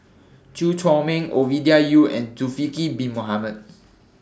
Chew Chor Meng Ovidia Yu and Zulkifli Bin Mohamed